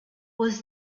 was